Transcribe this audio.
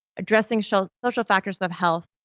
addressing so social factors of health,